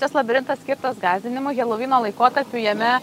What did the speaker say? tas labirintas skirtas gąsdinimui helouvyno laikotarpiu jame